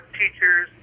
teachers